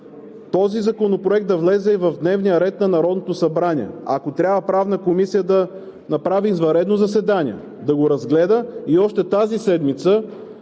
отново Законопроектът да влезе в дневния ред на Народното събрание – ако трябва, Правната комисия да направи извънредно заседание, да разгледа още тази седмица